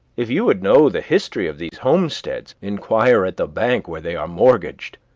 if you would know the history of these homesteads, inquire at the bank where they are mortgaged.